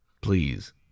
Please